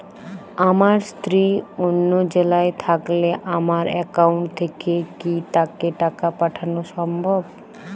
আমার স্ত্রী অন্য জেলায় থাকলে আমার অ্যাকাউন্ট থেকে কি তাকে টাকা পাঠানো সম্ভব?